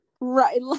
Right